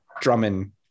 Drummond